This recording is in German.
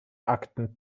akten